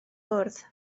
bwrdd